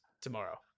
tomorrow